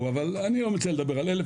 אבל אני לא מציע לדבר על 1,000 ,